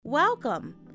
welcome